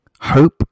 hope